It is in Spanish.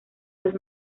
los